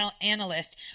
analyst